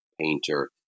painter